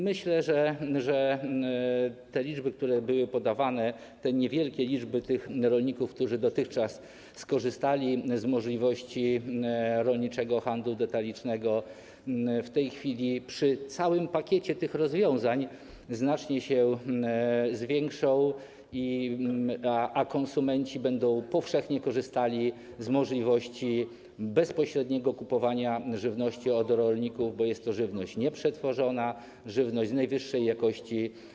Myślę, że te liczby, które były podawane, niewielkie liczby co do tych rolników, którzy dotychczas skorzystali z możliwości prowadzenia rolniczego handlu detalicznego, w tej chwili przy całym pakiecie tych rozwiązań znacznie się zwiększą, a konsumenci będą powszechnie korzystali z możliwości bezpośredniego kupowania żywności od rolników, bo jest to żywność nieprzetworzona, żywność z produktów najwyższej jakości.